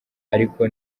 ariko